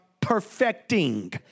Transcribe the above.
perfecting